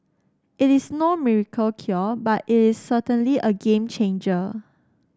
it is no miracle cure but it is certainly a game changer